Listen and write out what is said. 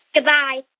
goodbye